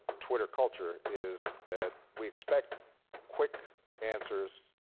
twitter culture is that we expect quick answers